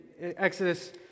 Exodus